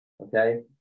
Okay